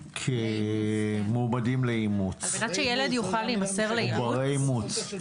כמועמדים לאימוץ או ברי אימוץ.